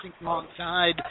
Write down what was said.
alongside